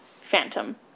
Phantom